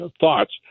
thoughts